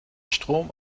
strom